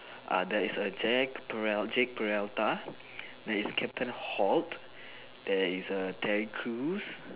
uh there is a Jack Jake Peralta there is a captain holt there is err Terry Crews